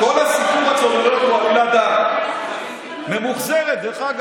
אם הכול בסדר, למה לחשוש?